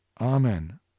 Amen